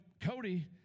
Cody